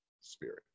spirit